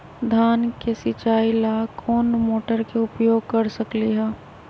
धान के सिचाई ला कोंन मोटर के उपयोग कर सकली ह?